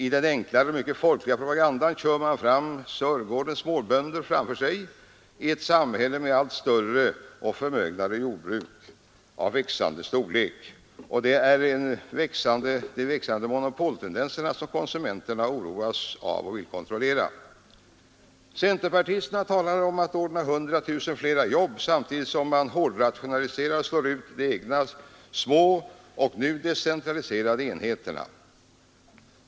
I den enklare och mycket folkliga propagandan för man fram Sörgårdens småbönder i ett samhälle med allt större och förmögnare jordbruk av växlande storlek. Det är de växande monopoltendenserna som konsumenterna oroas av och vill kontrollera. Centerpartisterna talar om att ordna 100 000 flera jobb samtidigt som man hårdrationaliserar och slår ut sina egna små, nu decentraliserade enheter.